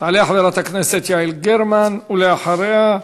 תעלה חברת הכנסת יעל גרמן, ואחריה,